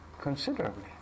considerably